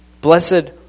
blessed